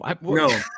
No